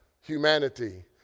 humanity